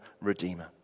redeemer